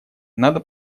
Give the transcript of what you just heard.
надо